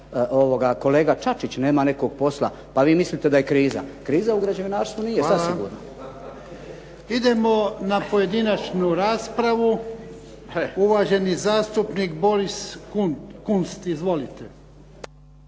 kolega Čačić nema nekog posla pa vi mislite da je kriza. Kriza u građevinarstvu nije, sasvim sigurno. **Jarnjak, Ivan (HDZ)** Hvala. Idemo na pojedinačnu raspravu. Uvaženi zastupnik Boris Kunst. Izvolite.